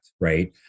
Right